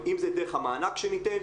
אם זה דרך המענק שניתן,